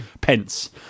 Pence